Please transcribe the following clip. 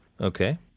Okay